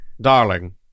darling